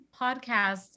podcasts